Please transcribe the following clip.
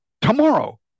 tomorrow